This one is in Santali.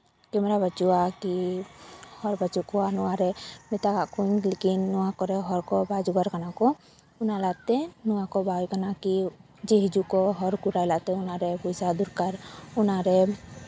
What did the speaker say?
ᱡᱮᱢᱚᱱ ᱚᱱᱟ ᱵᱟᱹᱪᱩᱜᱼᱟ ᱠᱤ ᱦᱚᱲ ᱵᱟᱹᱪᱩᱜ ᱠᱚᱣᱟ ᱱᱚᱣᱟᱨᱮ ᱢᱮᱛᱟ ᱠᱟᱜ ᱠᱚᱣᱟᱧ ᱞᱮᱠᱤᱱ ᱦᱚᱲ ᱠᱚ ᱨᱳᱡᱽᱜᱟᱨ ᱠᱟᱱᱟ ᱠᱚ ᱚᱱᱟᱛᱮ ᱱᱚᱣᱟ ᱵᱳᱭ ᱛᱟᱞᱟᱛᱮ ᱚᱱᱟ ᱠᱤ ᱡᱮ ᱦᱤᱡᱩᱜ ᱟᱠᱚ ᱦᱚᱲ ᱠᱚ ᱛᱟᱞᱟᱛᱮ ᱚᱱᱟᱨᱮ ᱯᱚᱭᱥᱟ ᱫᱚᱨᱠᱟᱨ ᱚᱱᱟᱨᱮ